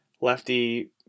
lefty